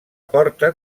porta